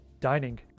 dining